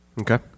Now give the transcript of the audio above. Okay